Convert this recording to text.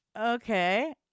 okay